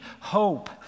hope